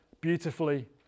beautifully